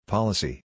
Policy